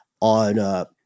on –